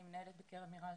אני מנהלת בקרן מיראז',